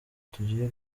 tugiye